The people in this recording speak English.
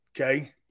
Okay